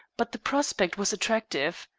but the prospect was attractive.